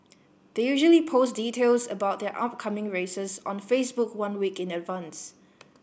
they usually post details about their upcoming races on Facebook one week in advance